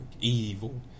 evil